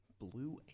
blue